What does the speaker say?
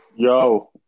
Yo